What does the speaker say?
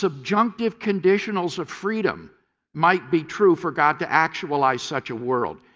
subjective conditionals of freedom might be true for god to actualize such a world.